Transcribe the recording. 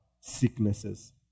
sicknesses